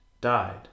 died